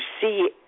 see